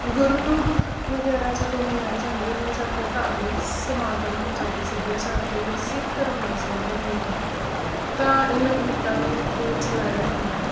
ਗੁਰਪੁਰਬ ਵਗੈਰਾ ਜਦੋਂ ਮਨਾਏ ਜਾਂਦੇ ਨੇ ਜਾਂ ਕੋਈ ਧਾਰਮਿਕ ਸਮਾਗਮ ਪੰਜਾਬੀ ਸੱਭਿਆਚਾਰ ਦੇ ਵਿੱਚ ਸਿੱਖ ਧਰਮ ਨਾਲ ਸੰਬੰਧਿਤ ਹੁੰਦਾ ਹੈ ਤਾਂ ਇਹਨਾਂ ਗੀਤਾਂ ਨੂੰ ਉੱਥੇ ਚਲਾਇਆ ਜਾਂਦਾ ਹੈ